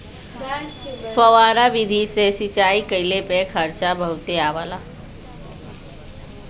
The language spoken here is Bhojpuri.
फौआरा विधि से सिंचाई कइले पे खर्चा बहुते आवला